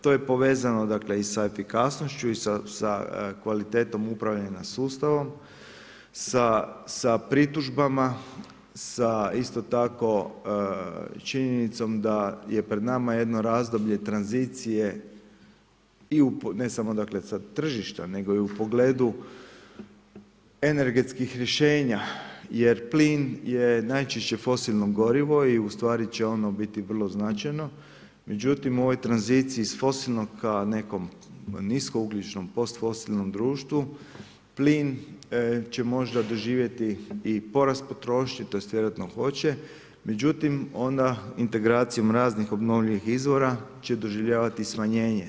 To je povezano i sa efikasnošću i sa kvalitetom upravljanja sustavom, sa pritužbama, sa isto tako činjenicom da je pred nama jedno razdoblje tranzicije i ne samo sa tržišta nego i u pogledu energetskih rješenja jer plin je najčešće fosilno gorivo i ustvari će ono biti vrlo značajno, međutim u ovoj tranziciji sa fosilnog ka nekom nisko ugljičnom postfosilnom društvu, plin će možda doživjeti i porast potrošnje, tj. vjerojatno hoće, međutim onda integracijom raznih obnovljivih izvora će doživljavati smanjenje.